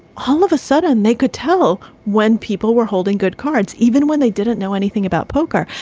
all of a sudden they could tell when people were holding good cards. even when. they didn't know anything about poker.